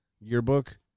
yearbook